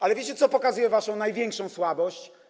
Ale wiecie, co pokazuje waszą największą słabość?